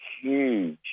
huge